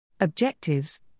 Objectives